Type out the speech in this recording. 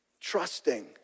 trusting